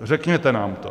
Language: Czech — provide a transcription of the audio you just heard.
Řekněte nám to.